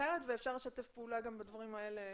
אחרת ואפשר לשתף פעולה גם בדברים האלה.